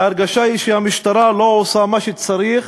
וההרגשה היא שהמשטרה לא עושה מה שצריך